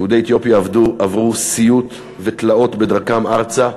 יהודי אתיופיה עברו סיוט ותלאות בדרכם ארצה,